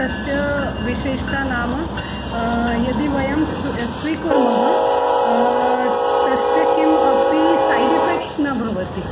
तस्याः विशेषता नाम यदि वयं सु स्वीकुर्मः तस्य किम् अपि सैड् एफ़ेक्ट्स् न भवति